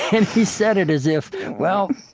and he said it as if well,